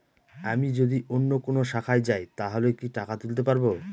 আমি যদি অন্য কোনো শাখায় যাই তাহলে কি টাকা তুলতে পারব?